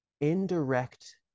indirect